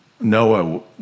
Noah